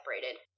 separated